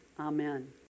Amen